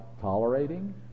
tolerating